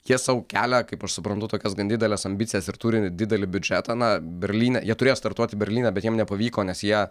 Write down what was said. jie sau kelia kaip aš suprantu tokias gan dideles ambicijas ir turi didelį biudžetą na berlyne jie turėjo startuoti berlyne bet jiem nepavyko nes jie